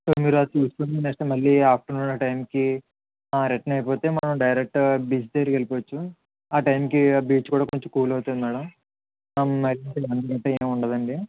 so మీరు అవి చూసుకొని నెక్స్ట్ మళ్ళీ ఆఫ్టర్నూన్ ఆ టైంకి రిటర్న్ అయిపోతే మనం డైరెక్ట్ బీచ్ దగ్గరికి వెళ్ళిపోవచ్చు ఆ టైంకి బీచ్ కూడా కొంచెం కూల్ అవుతుంది మ్యాడమ్ అంతే మ్యాడమ్ అంతే ఏముండదండి